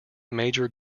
major